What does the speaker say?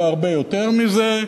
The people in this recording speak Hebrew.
לא הרבה יותר מזה,